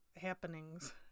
happenings